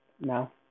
now